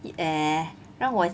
eh 让我